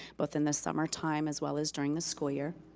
both in the summer time as well as during the school year.